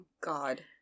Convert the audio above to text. God